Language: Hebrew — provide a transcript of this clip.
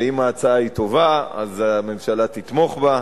ואם ההצעה טובה אז הממשלה תתמוך בה.